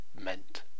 meant